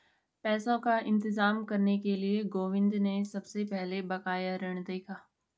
पैसों का इंतजाम करने के लिए गोविंद ने सबसे पहले बकाया ऋण देखा